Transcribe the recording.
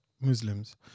Muslims